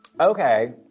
Okay